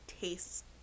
tastes